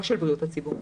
לא של בריאות הציבור.